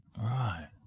right